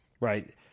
Right